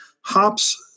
hops